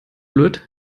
blöd